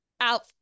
out